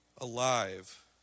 alive